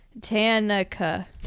Tanaka